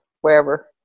wherever